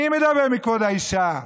מי מדבר על כבוד האישה?